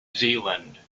zealand